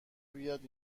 بیاد